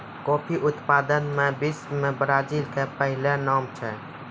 coffee उत्पादन मॅ विश्व मॅ ब्राजील के पहलो नाम छै